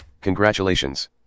Congratulations